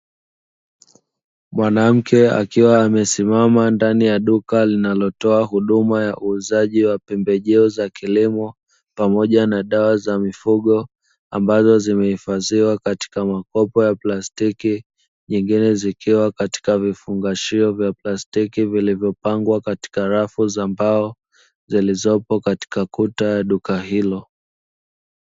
Mwanamke akiwa amesimama ndani ya duka linalotoa huduma ya uuzaji wa pembejeo za kilimo, pamoja na dawa za mifugo, ambazo zimehifadhiwa katika makopo ya plastiki, nyingine zikiwa katika vifungashio vya plastiki, vilivyopangwa katika rafu za mbao zilizopo katika kuta duka hilo.